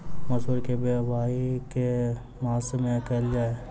मसूर केँ बोवाई केँ के मास मे कैल जाए?